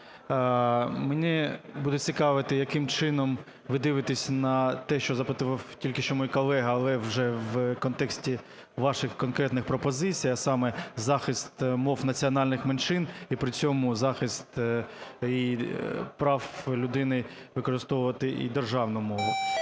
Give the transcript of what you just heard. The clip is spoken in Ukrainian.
мене буде цікавити яким чином ви дивитесь на те, що запитував тільки що мій колега, але вже в контексті ваших конкретних пропозицій, а саме, захист мов національних менших і при цьому захист і прав людини використовувати і державну мову?